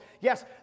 Yes